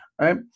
right